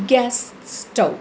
gas stove